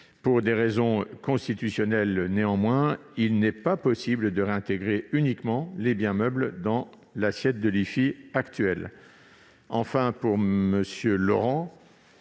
pour des raisons constitutionnelles, il n'est pas possible de réintégrer uniquement les biens meubles dans l'assiette de l'IFI actuel. Je demande également